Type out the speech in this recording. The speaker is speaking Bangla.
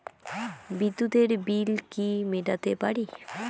বিদ্যুতের বিল কি মেটাতে পারি?